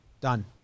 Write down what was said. done